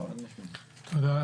תודה.